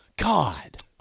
God